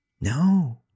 No